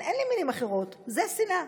אין לי מילים אחרות, זאת שנאה,